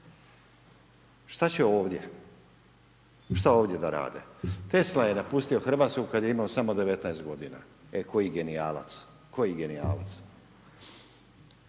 Šta će ovdje? Šta ovdje da rade? Tesla je napustio Hrvatsku kad je imao samo 19 godina, e koji genijalac, koji genijalac.